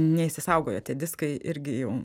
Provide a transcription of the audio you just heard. neišsisaugojo tie diskai irgi jau